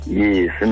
yes